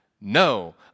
No